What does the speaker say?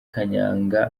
kanyanga